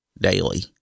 daily